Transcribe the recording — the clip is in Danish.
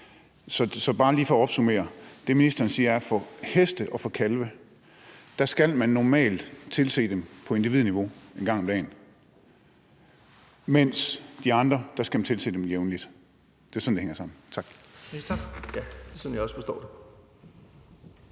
Så bare lige for at opsummere: Det, ministeren siger, er, at man normalt skal tilse heste og kalve på individniveau en gang om dagen, mens man skal tilse de andre dyr jævnligt. Det er sådan, det hænger sammen. Tak.